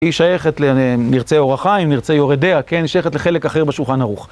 היא שייכת ל... נרצה, אורח חיים, נרצה יורה דעה, כן? היא שייכת לחלק אחר בשולחן ערוך.